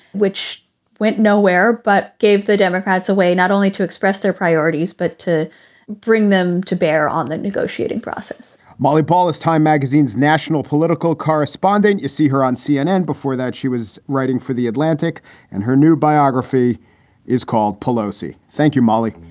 which went nowhere, but gave the democrats a way not only to express their priorities, but to bring them to bear on the negotiating process molly ball is time magazine's national political correspondent. you see her on cnn. before that, she was writing for the atlantic and her new biography is called pelosi. thank you, molly.